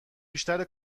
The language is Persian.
بیشتر